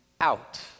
out